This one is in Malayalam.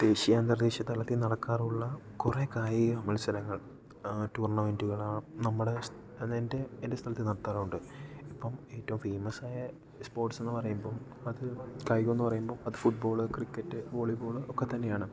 ദേശീയ അന്തർ ദേശീയ തലത്തിൽ നടക്കാറുള്ള കുറേ കായിക മത്സരങ്ങൾ ടൂർണമെൻ്റുകളാണ് നമ്മുടെ എൻ്റെ എൻ്റെ സ്ഥലത്ത് നടത്താറുണ്ട് അപ്പം ഏറ്റവും ഫേമസായ സ്പോർട്സ് എന്ന് പറയുമ്പം അത് കായികമെന്നു പറയുമ്പം അത് ഫുട്ബോൾ ക്രിക്കറ്റ് വോളിബോൾ ഒക്കെ തന്നെയാണ്